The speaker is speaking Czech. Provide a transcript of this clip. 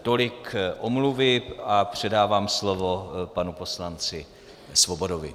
Tolik omluvy a předávám slovo panu poslanci Svobodovi.